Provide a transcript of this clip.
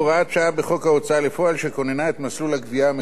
לפועל שכוננה את מסלול הגבייה המקוצר בהוצאה לפועל.